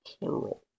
plural